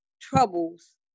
troubles